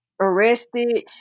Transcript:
arrested